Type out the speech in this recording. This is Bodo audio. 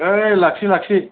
ओइ लाखि लाखि